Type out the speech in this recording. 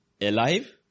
alive